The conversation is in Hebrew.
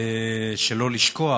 שלא לשכוח